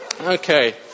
Okay